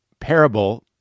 parable